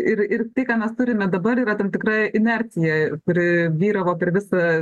ir ir tai ką mes turime dabar yra tam tikra inercija kuri vyravo per visą